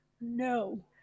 no